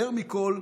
יותר מכול,